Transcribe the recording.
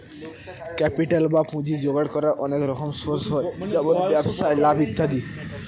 capital বা পুঁজি জোগাড় করার অনেক রকম সোর্স হয় যেমন ব্যবসায় লাভ ইত্যাদি